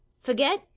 Forget